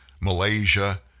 Malaysia